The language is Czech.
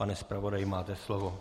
Pane zpravodaji, máte slovo.